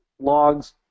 logs